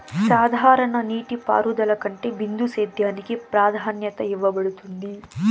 సాధారణ నీటిపారుదల కంటే బిందు సేద్యానికి ప్రాధాన్యత ఇవ్వబడుతుంది